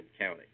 County